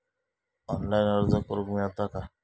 Online अर्ज करूक मेलता काय?